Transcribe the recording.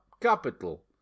capital